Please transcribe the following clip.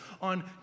on